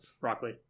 broccoli